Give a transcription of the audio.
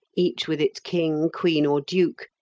each with its king, queen, or duke,